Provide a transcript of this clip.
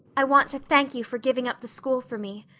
i want to thank you for giving up the school for me.